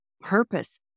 purpose